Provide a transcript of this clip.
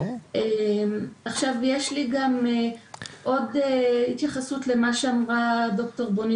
יש לי עוד התייחסות למה שאמרה דוקטור בוני